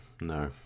no